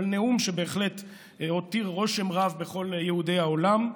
אבל נאום שבהחלט הותיר רושם רב על כל יהודי העולם: